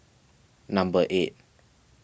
number eight